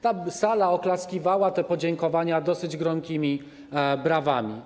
Ta sala oklaskiwała te podziękowania dosyć gromkimi brawami.